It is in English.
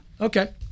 Okay